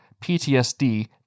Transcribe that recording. PTSD